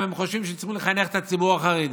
הם חושבים שהם צריכים לחנך את הציבור החרדי.